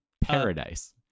paradise